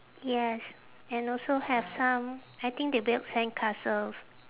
yes and also have some I think they build sandcastles